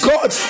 God